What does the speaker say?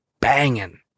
banging